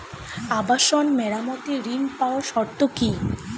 আবাসন মেরামতের ঋণ পাওয়ার শর্ত কি?